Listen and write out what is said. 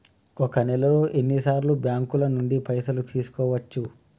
ఒక నెలలో ఎన్ని సార్లు బ్యాంకుల నుండి పైసలు తీసుకోవచ్చు?